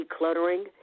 decluttering